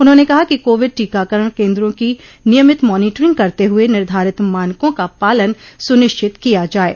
उन्होंने कहा कि कोविड टीकाकरण केन्द्रों की नियमित मानीटरिंग करते हुए निर्धारित मानकों का पालन सुनिश्चित किया जाये